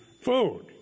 food